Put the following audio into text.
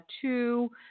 two